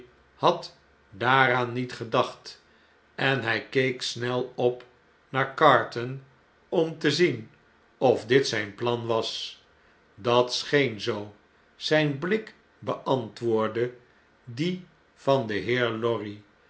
had daaraan niet gedacht en hg keek snel op naar carton om te zien of dit zijn plan was dat scheen zoo zgn blik beantwoordde dien van den heer lorry